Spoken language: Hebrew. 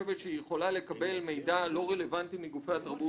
חושבת שהיא יכולה לקבל מידע לא רלוונטי מגופי התרבות.